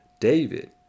David